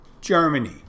Germany